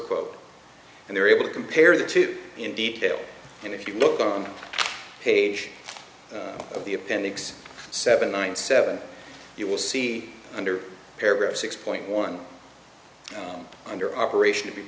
quote and they were able to compare the two in detail and if you look on page of the appendix seven nine seven you will see under paragraph six point one under operation